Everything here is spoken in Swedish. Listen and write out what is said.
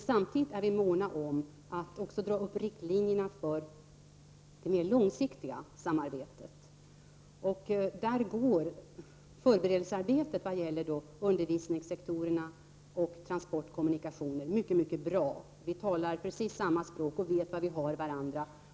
Samtidigt är vi måna om att även dra upp riktlinjerna för det mer långsiktiga samarbetet. På detta område går förberedelsearbetet vad gäller undervisningssektorerna och transportkommunikationer mycket bra. Vi talar precis samma språk och vet var vi har varandra.